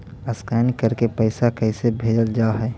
Scan करके पैसा कैसे भेजल जा हइ?